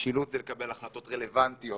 משילות זה לקבל החלטות רלוונטיות